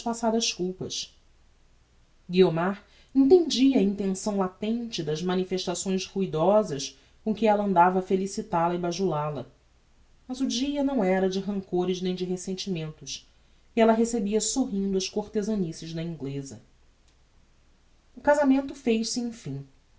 culpas guiomar entendia a intenção latente das manifestações ruidosas com que ella andava a felicital a e bajula la mas o dia não era de rancores nem de resentimentos e ella recebia sorrindo as cortezanices da ingleza o casamento fez-se emfim